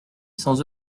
sans